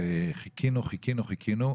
חיכינו וחיכינו,